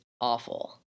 awful